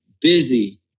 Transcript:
busy